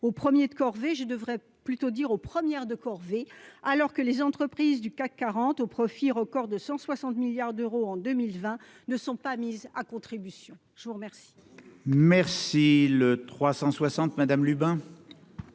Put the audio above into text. aux premiers de corvée- je devrais plutôt dire aux premières de corvée -, alors que les entreprises du CAC 40, aux profits record de 160 milliards d'euros en 2020, ne sont pas mises à contribution ! La parole